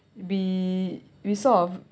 we we sort of